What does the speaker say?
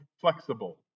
flexible